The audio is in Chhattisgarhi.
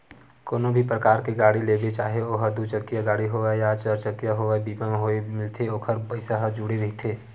कोनो भी परकार के गाड़ी लेबे चाहे ओहा दू चकिया गाड़ी होवय या चरचकिया होवय बीमा होय मिलथे ओखर पइसा ह जुड़े रहिथे